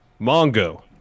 Mongo